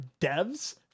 devs